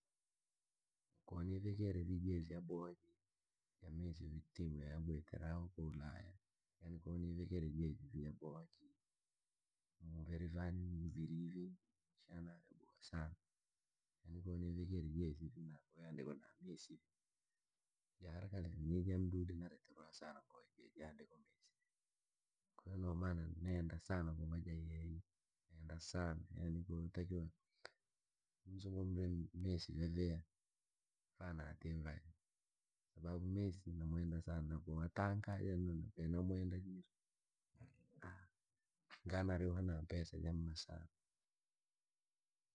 Koo niivikiire jenzi yaboha vii ya messi ya abwitira uko ulaya yani ko niivikire vii mviri kwane nashana vyaboha sana. Ni ko nivikire jenzi vii ye yaandikwa messi vii ja hara kale vee nijja mdudi nareterwa sana ngoo jee jandikwa irina ra messi, ko no mana nenda sana kuva ja yeye yeye yotakiwa udire mlusikirra messi kwa mavita fa da tivae kwasababu messi namwenda sana na nga ja atanga vee na mweenda nga nariwha na mpesa jamema sana.